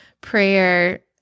prayer